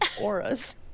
auras